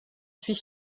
suis